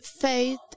Faith